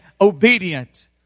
obedient